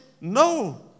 no